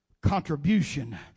contribution